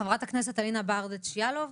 חברת הכנסת אלינה ברדץ' יאלוב,